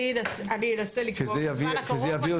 אני מבטיחה שאני אנסה לקבוע לזמן הקרוב.